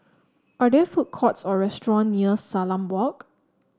are there food courts or restaurant near Salam Walk